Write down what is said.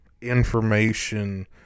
information